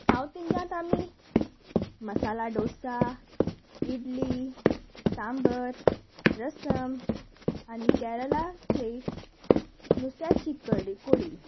south इंडियांत आमी मसाला डोसा इडली सांबर रसम आनी केरला च नुस्त्याची कडी कोडी